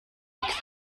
richtig